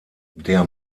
der